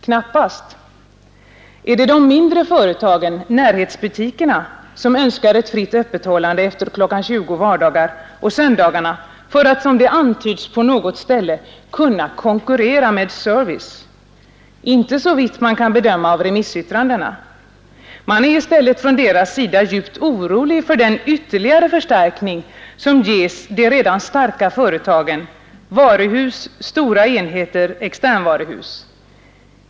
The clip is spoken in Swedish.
Knappast. Är det de mindre företagen, närhetsbutikerna, som önskar ett fritt öppethållande efter kl. 20.00 vardagar och söndagar för att, som det antyds på något ställe, kunna konkurrera med service? Inte såvitt man kan bedöma av remissyttrandena. Man är i stället från deras sida djupt orolig med anledning av den ytterligare förstärkning som ges de redan starka företagen, varuhus, stora enheter, externvaruhus.